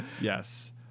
yes